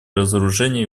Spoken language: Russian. разоружения